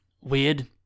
Weird